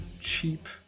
cheap